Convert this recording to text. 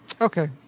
Okay